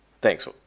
Thanks